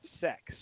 sex